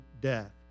death